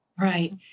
Right